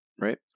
right